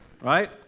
Right